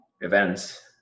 events